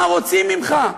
מה רוצים ממך?